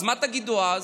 אז מה תגידו אז?